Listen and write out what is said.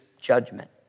judgment